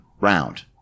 round